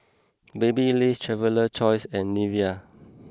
Babyliss Traveler's Choice and Nivea